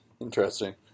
Interesting